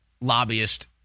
lobbyist